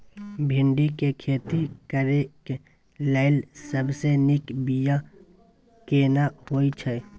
भिंडी के खेती करेक लैल सबसे नीक बिया केना होय छै?